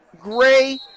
gray